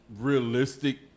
realistic